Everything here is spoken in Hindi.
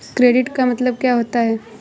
क्रेडिट का मतलब क्या होता है?